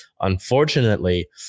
Unfortunately